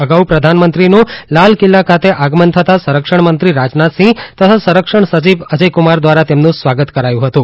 અગાઉ પ્રધાનમંત્રીનું લાલકિલ્લા ખાતે આગમન થતાં સંરક્ષણમંત્રી રાજનાથસીંહ તથા સંરક્ષણ સચિવ અજયકુમાર તેમનું સ્વાગત કરાયું હતું